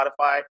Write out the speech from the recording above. Spotify